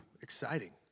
exciting